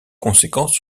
conséquences